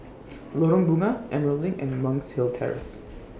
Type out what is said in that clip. Lorong Bunga Emerald LINK and Monk's Hill Terrace